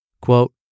Quote